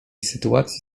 sytuacji